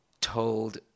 told